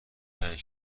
پنج